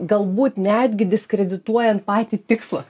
galbūt netgi diskredituojant patį tikslą